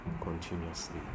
continuously